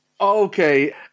Okay